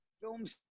films